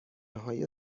های